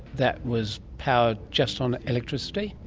that was powered just on electricity?